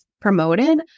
promoted